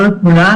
שלום לכולם,